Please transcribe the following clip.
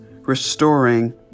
restoring